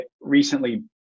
recently